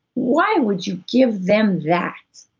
why would you give them that?